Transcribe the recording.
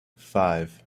five